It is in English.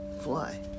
Fly